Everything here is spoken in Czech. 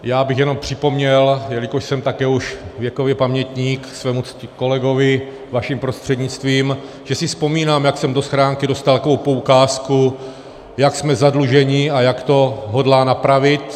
Já bych jenom připomněl, jelikož jsem také už věkově pamětník, svému kolegovi vaším prostřednictvím, že si vzpomínám, jak jsem do schránky dostal takovou poukázku, jak jsme zadluženi a jak to hodlá napravit.